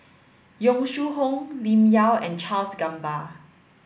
Yong Shu Hoong Lim Yau and Charles Gamba